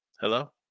hello